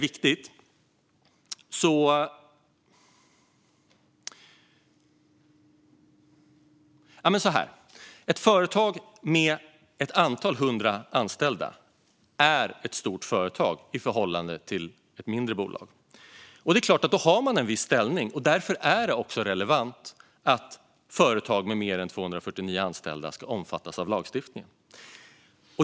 Ett företag med ett antal hundra anställda är ett stort företag i förhållande till mindre bolag. Det är klart att då har man en viss ställning, och därför är det också relevant att företag med mer än 249 anställda ska omfattas av lagstiftningen.